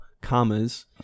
commas